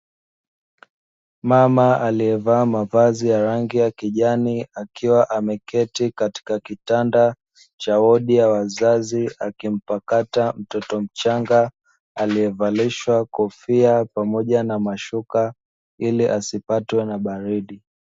Mama alievaa mavazi ya rangi ya kijani akiwa ameketi katika kitanda cha wodi ya wazazi, akimpakata mtoto mchanga alievalishwa kofia pamoja na mashuka ili asipatwe na baridi.